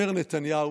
אומר נתניהו,